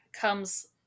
comes